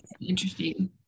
Interesting